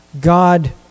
God